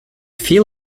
feel